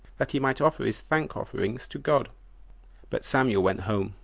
that he might offer his thank-offerings to god but samuel went home,